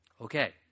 Okay